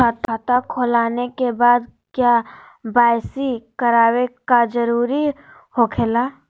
खाता खोल आने के बाद क्या बासी करावे का जरूरी हो खेला?